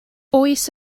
oes